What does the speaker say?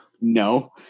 No